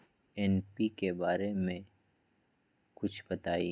NPK बारे म कुछ बताई?